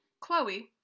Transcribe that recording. Chloe